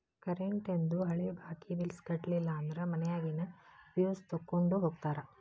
ಕರೆಂಟೇಂದು ಹಳೆ ಬಾಕಿ ಬಿಲ್ಸ್ ಕಟ್ಟಲಿಲ್ಲ ಅಂದ್ರ ಮನ್ಯಾಗಿನ್ ಫ್ಯೂಸ್ ತೊಕ್ಕೊಂಡ್ ಹೋಗ್ತಾರಾ